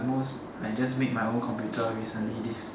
most I just make my own computer recently this